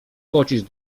pocisk